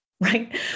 right